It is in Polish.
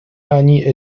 ani